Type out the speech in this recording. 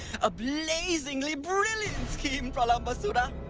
a blazingly brilliant scheme, pralambasura.